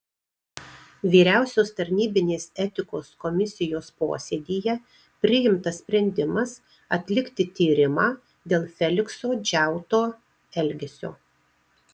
vyriausios tarnybinės etikos komisijos posėdyje priimtas sprendimas atlikti tyrimą dėl felikso džiauto elgesio